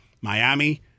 Miami